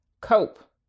Cope